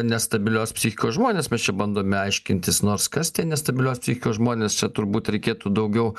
nestabilios psichikos žmonės mes čia bandome aiškintis nors kas tie nestabilios psichikos žmonės čia turbūt reikėtų daugiau